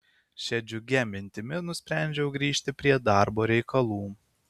šia džiugia mintimi nusprendžiau grįžti prie darbo reikalų